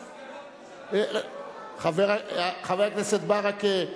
יש הסכמת ממשלה, חבר הכנסת ברכה,